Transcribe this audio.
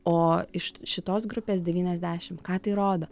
o iš šitos grupės devyniasdešim ką tai rodo